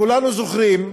כולנו זוכרים,